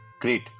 Great